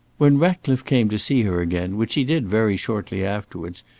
when ratcliffe came to see her again, which he did very shortly afterwards,